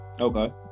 okay